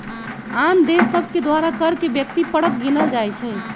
आन देश सभके द्वारा कर के व्यक्ति परक गिनल जाइ छइ